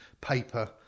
paper